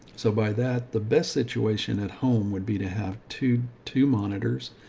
so by that the best situation at home would be to have two, two monitors.